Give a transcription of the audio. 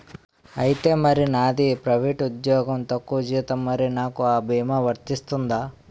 ఐతే మరి నాది ప్రైవేట్ ఉద్యోగం తక్కువ జీతం మరి నాకు అ భీమా వర్తిస్తుందా?